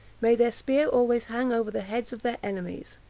may their spear always hang over the heads of their enemies!